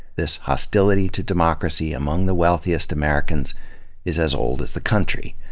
this hostility to democracy among the wealthiest americans is as old as the country.